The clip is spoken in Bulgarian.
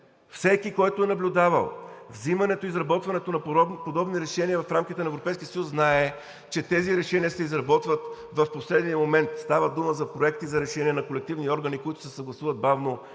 Всеки, който е наблюдавал взимането, изработването на подобни решения в рамките на Европейския съюз, знае, че тези решения се изработват в последния момент. Става дума за проекти за решения на колективни органи, които се съгласуват бавно и трудно.